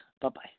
Bye-bye